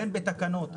אם בתקנות.